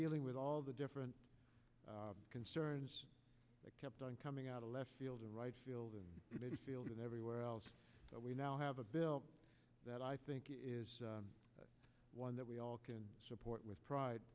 dealing with all the different concerns kept on coming out of left field or right field and field and everywhere else but we now have a bill that i think is one that we all can support with pride